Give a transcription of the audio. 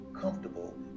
comfortable